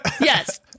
Yes